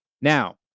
Now